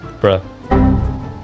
Bruh